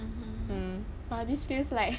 mm ah this feels like